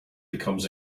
becomes